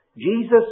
Jesus